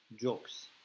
jokes